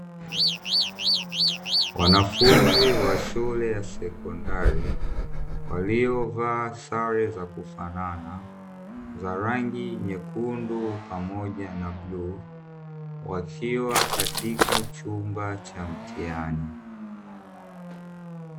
Wanafunzi wa shule ya sekondari waliovaa sare za kufanana, za rangi nyekundu pamoja na bluu, wakiwa katika chumba cha mtihani.